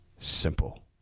simple